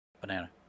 banana